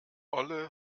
olle